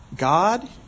God